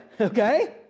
okay